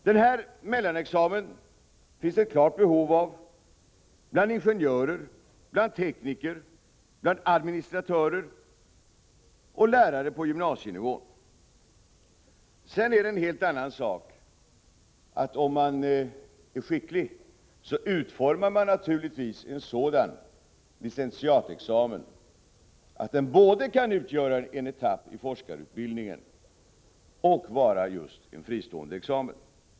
Det finns ett klart behov av denna mellanexamen bland ingenjörer, tekniker, administratörer och lärare på gymnasienivå. Sedan är det en helt annan sak, att om man är skicklig utformar man naturligtvis en sådan licentiatexamen som både kan utgöra en etapp i forskarutbildningen och vara just en fristående examen.